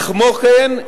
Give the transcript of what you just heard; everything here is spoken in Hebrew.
כמו כן,